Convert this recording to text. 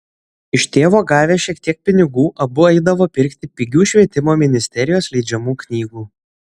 iš tėvo gavę šiek tiek pinigų abu eidavo pirkti pigių švietimo ministerijos leidžiamų knygų